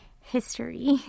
history